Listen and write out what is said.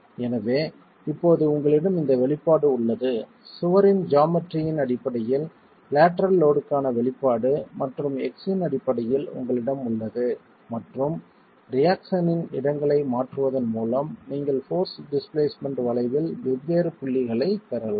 எனவே இப்போது உங்களிடம் இந்த வெளிப்பாடு உள்ளது சுவரின் ஜாமெட்ரியின் அடிப்படையில் லேட்டரல் லோட்க்கான வெளிப்பாடு மற்றும் x இன் அடிப்படையில் உங்களிடம் உள்ளது மற்றும் ரியாக்ஷன்னின் இடங்களை மாற்றுவதன் மூலம் நீங்கள் போர்ஸ் டிஸ்பிளேஸ்மென்ட் வளைவில் வெவ்வேறு புள்ளிகளைப் பெறலாம்